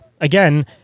again